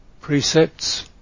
precepts